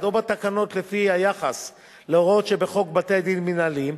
או בתקנות שלפיו ביחס להוראות שבחוק בתי-דין מינהליים,